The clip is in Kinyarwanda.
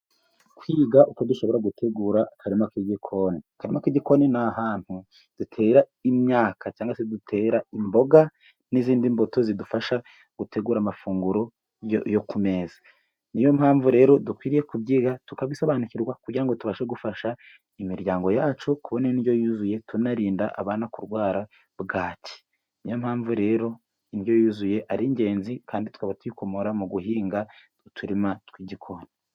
kwiga uko dushobora gutegura akarima k'igikoni. Akarima k'igikoni ni ahantu dutera imyaka cyangwa se dutera imboga, n'izindi mbuto zidufasha gutegura amafunguro yo ku meza. Ni yo mpamvu rero dukwiriye kubyiga tukabisobanukirwa, kugira ngo tubashe gufasha imiryango yacu kubona indyo yuzuye tunarinda abana kurwara bwaki. Ni yo mpamvu rero indyo yuzuye ari ingenzi, kandi tukaba tuyikomora mu guhinga uturima tw'igikoni.